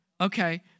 Okay